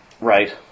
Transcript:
Right